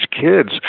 kids